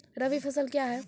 रबी फसल क्या हैं?